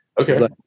Okay